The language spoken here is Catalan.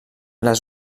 les